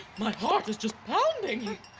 my heart is just pounding.